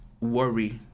worry